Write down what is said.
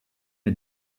est